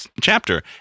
chapter